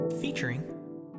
featuring